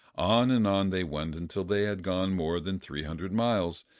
on and on they went until they had gone more than three hundred miles,